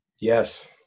Yes